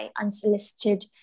unsolicited